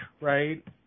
right